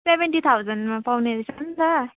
seventy थाउजन्डमा पाउने रहेछ नि त